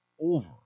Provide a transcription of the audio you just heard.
over